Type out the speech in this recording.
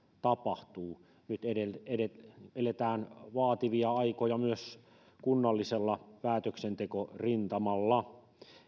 tapahtuu nyt eletään vaativia aikoja myös kunnallisella päätöksentekorintamalla